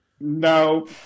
No